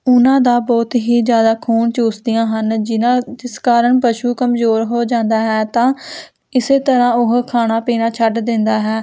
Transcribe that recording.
ਉਹਨਾਂ ਦਾ ਬਹੁਤ ਹੀ ਜ਼ਿਆਦਾ ਖੂਨ ਚੂਸਦੀਆਂ ਹਨ ਜਿਹਨਾਂ ਜਿਸ ਕਾਰਨ ਪਸ਼ੂ ਕਮਜ਼ੋਰ ਹੋ ਜਾਂਦਾ ਹੈ ਤਾਂ ਇਸ ਤਰ੍ਹਾਂ ਉਹ ਖਾਣਾ ਪੀਣਾ ਛੱਡ ਦਿੰਦਾ ਹੈ